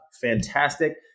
fantastic